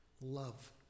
Love